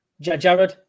Jared